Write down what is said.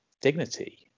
dignity